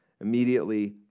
Immediately